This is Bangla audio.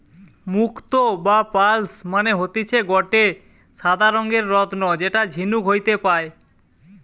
মুক্তো বা পার্লস মানে হতিছে গটে সাদা রঙের রত্ন যেটা ঝিনুক হইতে পায়